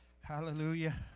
Hallelujah